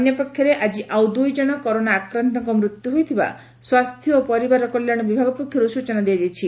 ଅନ୍ୟପକ୍ଷରେ ଆକି ଆଉ ଦୁଇଜଶ କରୋନା ଆକାନ୍ତଙ୍କ ମୃତ୍ୟୁ ହୋଇଥିବା ସ୍ୱାସ୍ଥ୍ୟ ଓ ପରିବାର କଲ୍ୟାଶ ବିଭାଗ ପକ୍ଷରୁ ସୂଚନା ଦିଆଯାଇଛି